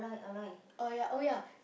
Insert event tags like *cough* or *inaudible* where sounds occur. *noise* oh ya oh ya